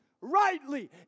Rightly